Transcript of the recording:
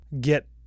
get